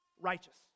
Righteous